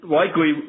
likely